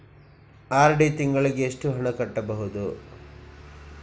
RD ತಿಂಗಳಿಗೆ ಎಷ್ಟು ಹಣ ಕಟ್ಟಬಹುದು?